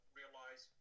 realize